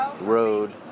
road